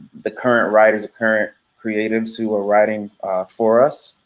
the current writers or current creatives who are writing for us.